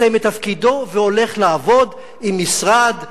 מסיים את תפקידו והולך לעבוד עם משרד,